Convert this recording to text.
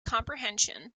comprehension